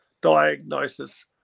diagnosis